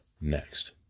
next